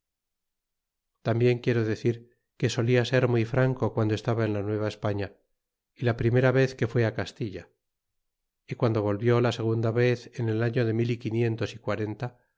tambien quiero decir que solia ser muy franco guando estaba en la nueva españa y la primera vez que fue castilla y guando volvió la segunda vez en el año de mil y quinientos y quarenta